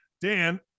Dan